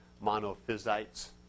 monophysites